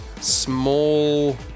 small